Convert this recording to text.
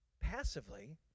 passively